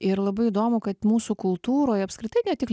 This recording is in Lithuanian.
ir labai įdomu kad mūsų kultūroj apskritai ne tik